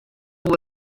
woe